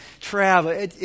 travel